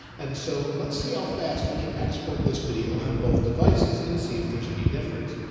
and so let's see how fast we can export this video on both devices and see if there's any difference.